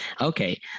Okay